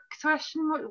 question